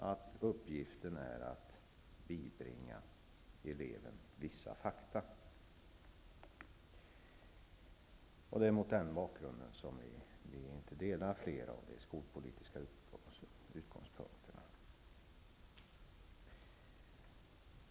Mot den bakgrunden kan vi inte ansluta oss till fler av de skolpolitiska utgångspunkterna.